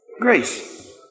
Grace